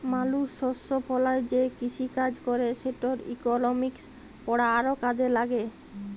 মালুস শস্য ফলায় যে কিসিকাজ ক্যরে সেটর ইকলমিক্স পড়া আরও কাজে ল্যাগল